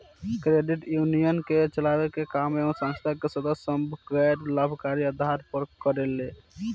credit union के चलावे के काम ए संस्था के सदस्य सभ गैर लाभकारी आधार पर करेले